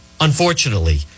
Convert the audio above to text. unfortunately